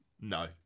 No